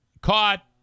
caught